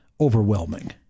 overwhelming